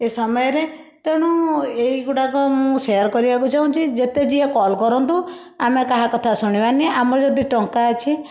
ଏ ସମୟରେ ତେଣୁ ଏଇ ଗୁଡ଼ାକ ମୁଁ ସେୟାର କରିବାକୁ ଚାହୁଁଛି ଯେତେ ଯିଏ କଲ୍ କରନ୍ତୁ ଆମେ କାହା କଥା ଶୁଣିବାନି ଆମର ଯଦି ଟଙ୍କା ଅଛି